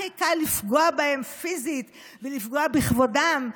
הכי קל לפגוע בהם פיזית ולפגוע בכבודם,